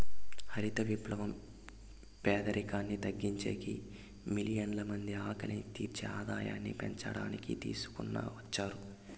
హరిత విప్లవం పేదరికాన్ని తగ్గించేకి, మిలియన్ల మంది ఆకలిని తీర్చి ఆదాయాన్ని పెంచడానికి తీసుకొని వచ్చారు